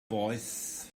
boeth